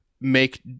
make